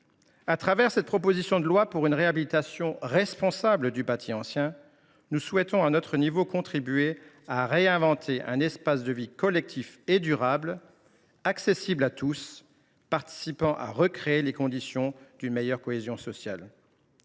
Avec cette proposition de loi pour une réhabilitation responsable du bâti ancien, nous souhaitons, à notre échelle, contribuer à réinventer un espace de vie collectif et durable, accessible à tous, concourant à créer les conditions d’une meilleure cohésion sociale.